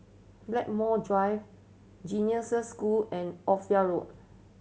Blackmore Drive Genesis School and Ophir Road